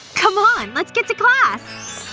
come on, let's get to class